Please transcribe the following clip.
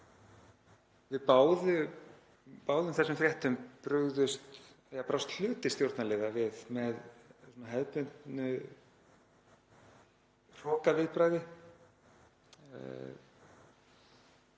Við báðum þessum fréttum brást hluti stjórnarliða með hefðbundnu hrokaviðbragði,